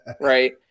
right